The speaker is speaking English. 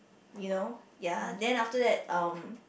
you know ya then after that um